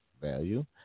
value